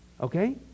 okay